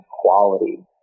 quality